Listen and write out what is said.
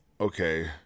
okay